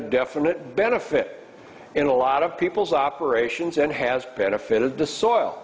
a definite benefit in a lot of people's operations and has benefited the soil